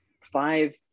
five